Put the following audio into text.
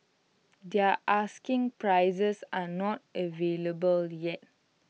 their asking prices are not available yet